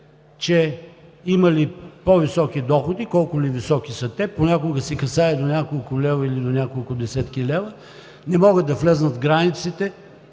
че имали по-високи доходи, колко ли високи са те, понякога се касае до няколко лева или до няколко десетки лева, не могат да влязат в границите,